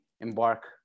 embark